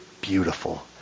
beautiful